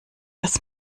was